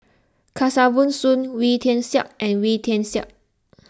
Kesavan Soon Wee Tian Siak and Wee Tian Siak